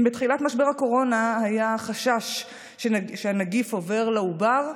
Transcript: אם בתחילת משבר הקורונה היה חשש שהנגיף עובר לעובר,